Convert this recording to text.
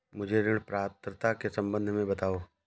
मुझे ऋण पात्रता के सम्बन्ध में बताओ?